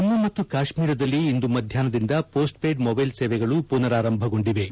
ಜುಮ್ಮ ಮತ್ತು ಕಾಶ್ಮೀರದಲ್ಲಿ ಇಂದು ಮಧ್ಯಾಹ್ನದಿಂದ ಹೋಸ್ಟ್ಪೇಯ್ಡ್ ಮೊಬೈಲ್ ಸೇವೆಗಳು ಪುನರಾರಂಭಗೊಂಡಿವೆ